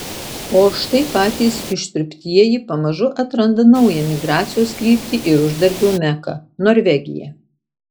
o štai patys išsiurbtieji pamažu atranda naują migracijos kryptį ir uždarbio meką norvegiją